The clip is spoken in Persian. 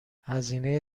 هزینه